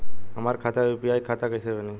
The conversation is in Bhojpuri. हमार खाता यू.पी.आई खाता कइसे बनी?